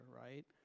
right